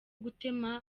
gutema